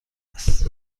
است